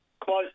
close